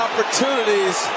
Opportunities